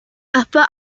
upper